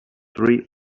three